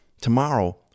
Tomorrow